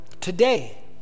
Today